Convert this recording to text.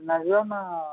ଛୁଟିଦିନରେ ଯିବ ନା